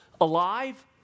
alive